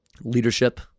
leadership